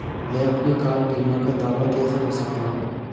मैं अपनी कार बीमा का दावा कैसे कर सकता हूं?